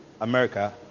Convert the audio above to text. America